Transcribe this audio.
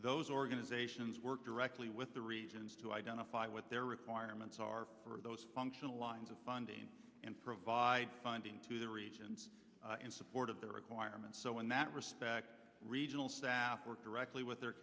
those organizations work directly with the reasons to identify what their requirements are for those functional lines of funding and provide funding to the regions in support of their requirements so in that respect regional staff work directly with their